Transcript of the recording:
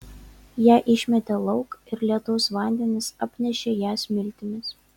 ją išmetė lauk ir lietaus vandenys apnešė ją smiltimis